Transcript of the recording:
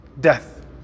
death